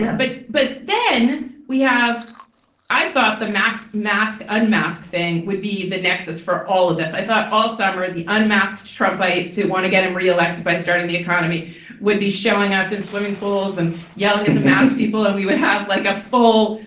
but but then we have i thought the max mask unmask thing would be the nexus for all of this. i thought all summer the unmasked trump ites who want to get him re-elected by starting the economy would be showing up in swimming pools and yelling at the masked people. and we would have like a full,